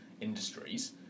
industries